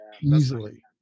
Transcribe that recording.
easily